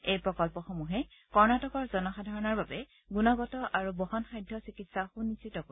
এই প্ৰকল্পসমূহে কৰ্ণাটকৰ জনসাধাৰণৰ বাবে গুণগত আৰু বহনসাধ্য চিকিৎসা সুনিশ্চিত কৰিব